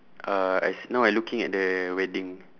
uh I s~ now I looking at the wedding